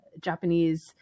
japanese